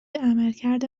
عملکرد